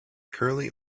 curly